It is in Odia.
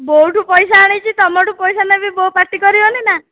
ବୋଉ ଠୁ ପଇସା ଆଣିଛି ତମଠୁ ପଇସା ନେବି ବୋଉ ପାଟି କରିବନି ନା